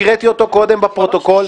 הקראתי אותו קודם בפרוטוקול,